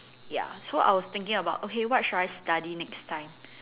ya so I was thinking about okay what should I study next time